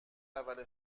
اول